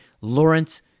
Lawrence